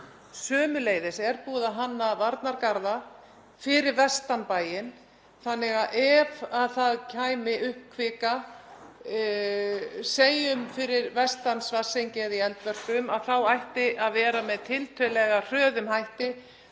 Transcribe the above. Sömuleiðis er búið að hanna varnargarða fyrir vestan bæinn þannig að ef það kæmi upp kvika, segjum fyrir vestan Svartsengi eða í Eldvörpum, þá ætti að vera með tiltölulega hröðum hætti